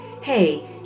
Hey